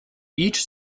each